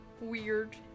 weird